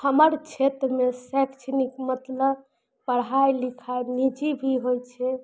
हमर क्षेत्रमे शैक्षणिक मतलब पढ़ाइ लिखाइ निजी भी होइ छै